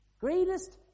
Greatest